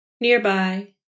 Nearby